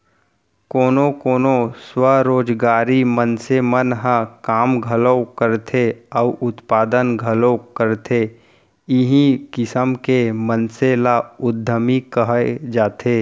कोनो कोनो स्वरोजगारी मनसे मन ह काम घलोक करथे अउ उत्पादन घलोक करथे इहीं किसम के मनसे ल उद्यमी कहे जाथे